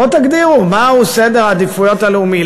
בואו תגדירו מהו סדר העדיפויות הלאומי,